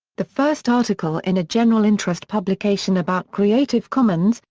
the first article in a general interest publication about creative commons,